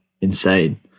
insane